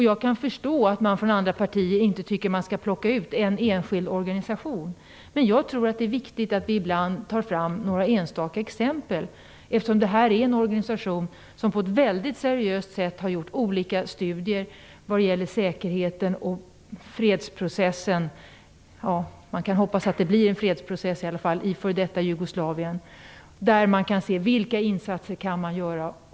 Jag kan förstå att man i andra partier inte tycker att man skall plocka ut en enskild organisation, men jag tror att det är viktigt att vi ibland tar fram några enstaka exempel. Detta är en organisation som på ett mycket seriöst sätt har gjort olika studier vad gäller säkerheten och fredsprocessen - vi kan hoppas att det blir en fredsprocess i alla fall - i f.d. Jugoslavien. Där kan man se vilka insatser som kan göras.